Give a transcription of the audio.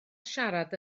siarad